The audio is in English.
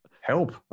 help